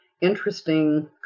interesting